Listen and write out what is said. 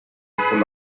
full